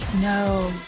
No